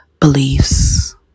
beliefs